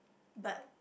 but